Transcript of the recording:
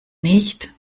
nicht